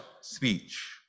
speech